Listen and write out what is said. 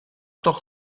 doch